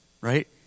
Right